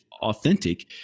authentic